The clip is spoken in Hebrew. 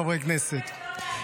חברי הכנסת,